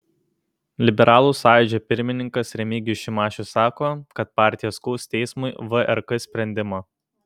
liberalų sąjūdžio pirmininkas remigijus šimašius sako kad partija skųs teismui vrk sprendimą